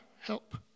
help